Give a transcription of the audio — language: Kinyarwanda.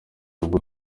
ubwo